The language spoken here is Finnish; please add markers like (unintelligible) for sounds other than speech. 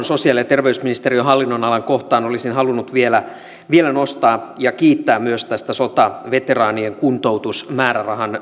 (unintelligible) sosiaali ja terveysministeriön hallinnonalan kohdasta olisin halunnut vielä nostaa myös tämän sotaveteraanien kuntoutusmäärärahan